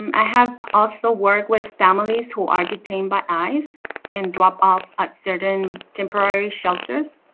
um i have also worked with families who are detained by ice and dropped off at certain temporary shelters.